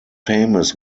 famous